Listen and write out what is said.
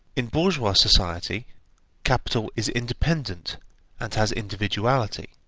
in bourgeois society capital is independent and has individuality,